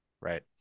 Right